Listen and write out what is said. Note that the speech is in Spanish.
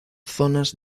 zonas